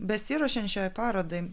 besiruošiant šiai parodai